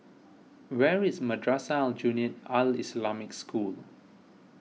where is Madrasah Aljunied Al Islamic School